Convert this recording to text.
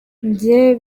njye